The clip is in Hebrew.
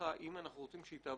אם אנחנו רוצים שהיא תעבוד,